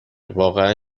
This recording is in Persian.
واقعا